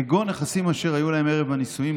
כגון נכסים אשר היו להם ערב הנישואים,